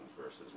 versus